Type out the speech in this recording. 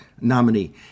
nominee